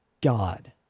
god